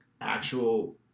actual